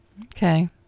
Okay